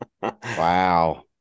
Wow